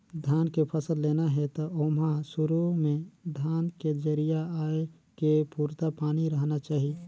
धान के फसल लेना हे त ओमहा सुरू में धान के जरिया आए के पुरता पानी रहना चाही